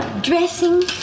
dressing